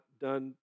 done